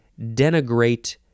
denigrate